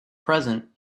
present